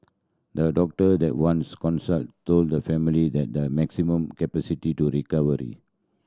the doctor they once consulted told the family that the maximum capacity to recovery